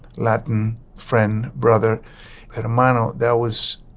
latin friend brother had a model that was.